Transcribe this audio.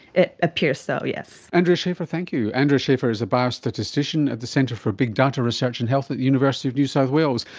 it appears so, yes. andrea schaffer, thank you. andrea schaffer is a biostatistician at the centre for big data research in health at the university of new south wales.